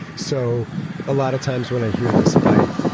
so a lot of times when i hear this fight,